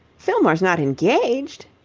fillmore's not engaged?